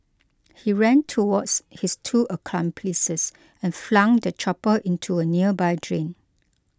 he ran towards his two accomplices and flung the chopper into a nearby drain